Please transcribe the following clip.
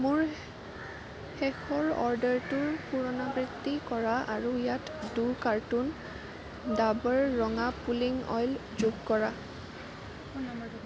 মোৰ শেষৰ অৰ্ডাৰটোৰ পুনৰাবৃত্তি কৰা আৰু ইয়াত দুই কাৰ্টুন ডাবৰ ৰঙা পুলিং অইল যোগ কৰা মোৰ নাম্বাৰটো